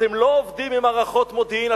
אתם לא עובדים עם הערכות מודיעין,